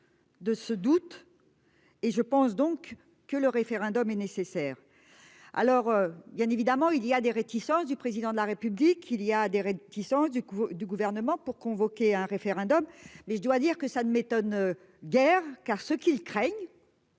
De ce doute. Et je pense donc que le référendum est nécessaire. Alors. Bien évidemment il y a des réticences du président de la République il y a des réticences du du gouvernement pour convoquer un référendum mais je dois dire que ça ne m'étonne guère car ce qu'ils craignent.